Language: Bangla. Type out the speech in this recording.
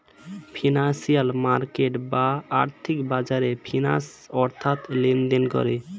ফিনান্সিয়াল মার্কেট বা আর্থিক বাজারে ফিন্যান্স তথ্য লেনদেন করে